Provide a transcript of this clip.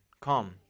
Come